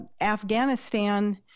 Afghanistan